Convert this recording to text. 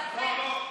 אצלכם,